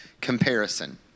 Comparison